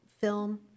film